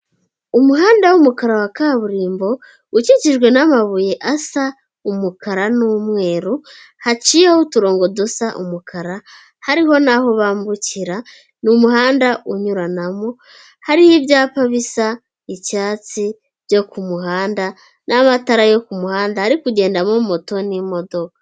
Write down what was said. Umuhanda w'umukara wa kaburimbo ukikijwe n'amabuye asa umukara n'umweru, haciyeho uturongo dusa umukara hariho n'aho bambukira ni umuhanda unyuranamo hariho ibyapa bisa icyatsi byo ku muhanda n'amatara yo ku muhanda, hari kugendamo moto n'imodoka.